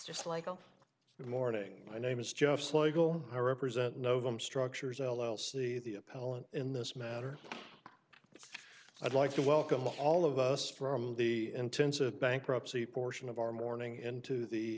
just like on the morning my name is jeff slagle i represent novum structures l l c the appellant in this matter i'd like to welcome all of us from the intensive bankruptcy portion of our morning into the